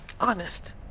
honest